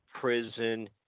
prison